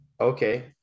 okay